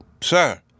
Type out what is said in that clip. sir